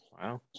Wow